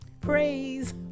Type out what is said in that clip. praise